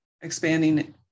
expanding